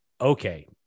okay